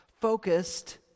focused